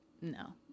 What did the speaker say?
No